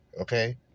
okay